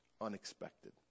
unexpected